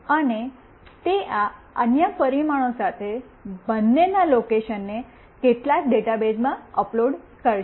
અને તે આ અન્ય પરિમાણો સાથે બંનેના લોકેશનને કેટલાક ડેટાબેઝમાં અપલોડ કરશે